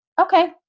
Okay